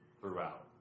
throughout